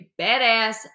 badass